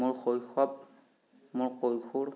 মোৰ শৈশৱ মোৰ কৈশোৰ